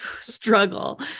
struggle